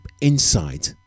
inside